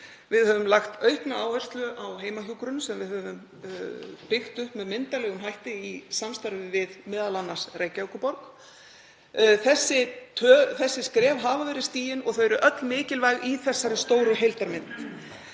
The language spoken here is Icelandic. Við höfum lagt aukna áherslu á heimahjúkrun sem við höfum byggt upp með myndarlegum hætti, m.a. í samstarfi við Reykjavíkurborg. Þessi skref hafa verið stigin og þau eru öll mikilvæg í stóru heildarmyndinni.